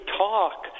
talk